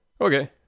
Okay